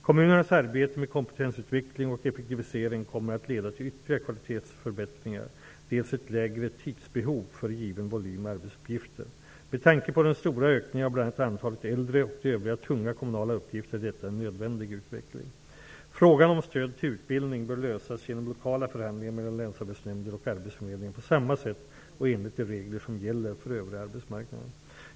Kommunernas arbete med kompetensutveckling och effektivisering kommer att leda till dels ytterligare kvalitetsförbättringar, dels ett lägre tidsbehov för given volym arbetsuppgifter. Med tanke på den stora ökningen av bl.a. antalet äldre och av övriga tunga kommunala uppgifter är detta en nödvändig utveckling. Frågan om stöd till utbildning bör lösas genom lokala förhandlingar mellan länsarbetsnämnder och arbetsförmedlingar på samma sätt och enligt de regler som gäller för övriga arbetsmarknaden.